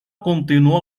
continuó